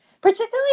particularly